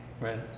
right